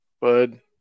Bud